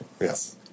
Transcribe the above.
Yes